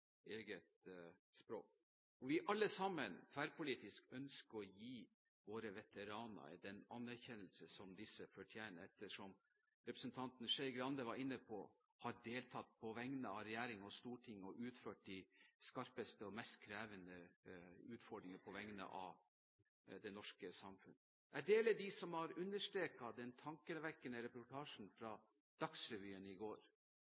Vi ønsker alle sammen – tverrpolitisk – å gi våre veteraner den anerkjennelse som de fortjener. Som representanten Skei Grande var inne på, har de deltatt på vegne av regjeringen og Stortinget, og de har utført de skarpeste og mest krevende utfordringer på vegne av det norske samfunnet. Jeg deler synspunktet til dem som har understreket den tankevekkende reportasjen fra Dagsrevyen i går,